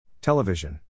Television